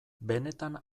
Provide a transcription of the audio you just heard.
benetan